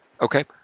Okay